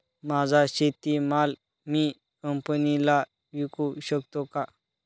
माझा शेतीमाल मी कंपनीला विकू शकतो का?